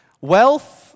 Wealth